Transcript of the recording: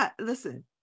listen